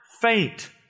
faint